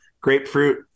grapefruit